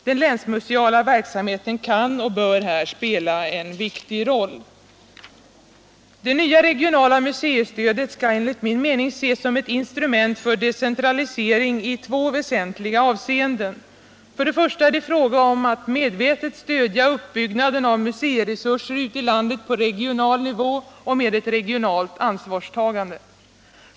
Den länsmuseala verksamheten kan och bör här spela en viktig roll. Det nya regionala museistödet skall enligt min mening ses som ett instrument för decentralisering i två väsentliga avseenden. För det första är det fråga om att medvetet stödja uppbyggnaden av museiresurser ute i landet på regional hivå och med ett regionalt ansvarstagande.